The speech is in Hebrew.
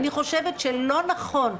אני חושבת שלא נכון,